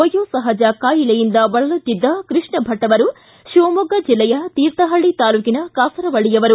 ವಯೋಸಪಜ ಕಾಯಿಲೆಯಿಂದ ಬಳಲುತ್ತಿದ್ದ ಕೃಷ್ಣ ಭಟ್ ಅವರು ಶಿವಮೊಗ್ಗ ಜಿಲ್ಲೆಯ ತೀರ್ಥಹಳ್ಳಿ ತಾಲ್ಲೂಕಿನ ಕಾಸರವಳ್ಳಿಯವರು